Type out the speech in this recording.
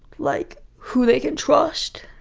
like, who they can trust.